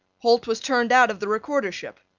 holt was turned out of the recordership.